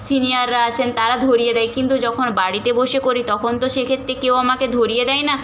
সিনিয়ররা আছেন তারা ধরিয়ে দেয় কিন্তু যখন বাড়িতে বসে করি তখন তো সেক্ষেত্রে কেউ আমাকে ধরিয়ে দেয় না